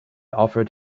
offered